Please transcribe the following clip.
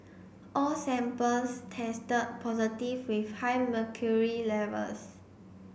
all samples tested positive with high mercury levels